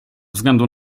względu